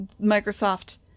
Microsoft